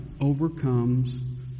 overcomes